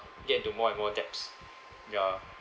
get into more and more debts ya